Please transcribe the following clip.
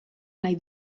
nahi